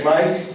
Mike